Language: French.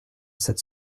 sept